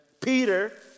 Peter